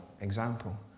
example